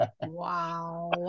wow